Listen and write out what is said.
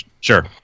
sure